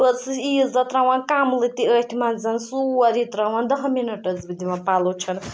بہٕ حظ ٲسٕس عیٖز دۄہ ترٛاوان کَملہٕ تہِ أتھۍ منٛز سورُے ترٛاوان دَہ مِنَٹ ٲسٕس بہٕ دِوان پَلو چھَل